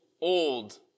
old